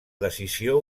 decisió